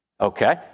Okay